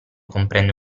comprende